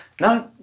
no